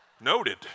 Noted